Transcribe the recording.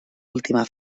última